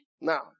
Now